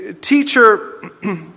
Teacher